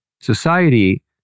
society